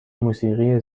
موسیقی